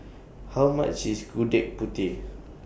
How much IS Gudeg Putih